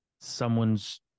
someone's